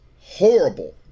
horrible